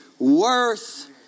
worth